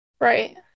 right